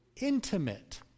intimate